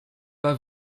pas